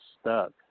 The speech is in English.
stuck